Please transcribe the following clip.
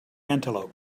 antelope